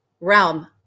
realm